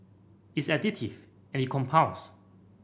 it's additive and it compounds